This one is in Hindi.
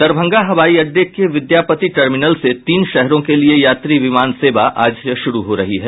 दरभंगा हवाई अड्डे के विद्यापति टर्मिनल से तीन शहरों के लिये यात्री विमान सेवा आज से शुरू हो रही है